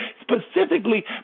specifically